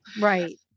Right